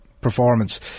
performance